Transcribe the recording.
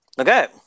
Okay